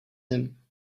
him